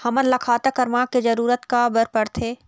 हमन ला खाता क्रमांक के जरूरत का बर पड़थे?